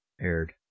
aired